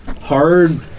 hard